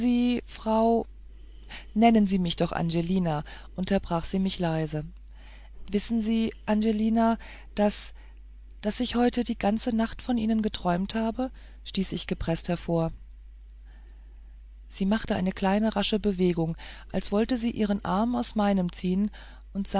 frau nennen sie mich doch angelina unterbrach sie mich leise wissen sie angelina daß daß ich heute die ganze nacht von ihnen geträumt habe stieß ich gepreßt hervor sie machte eine kleine rasche bewegung als wolle sie ihren arm aus meinem ziehen und